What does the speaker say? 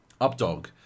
Updog